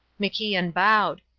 macian bowed.